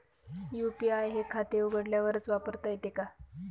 UPI हे खाते उघडल्यावरच वापरता येते का?